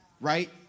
Right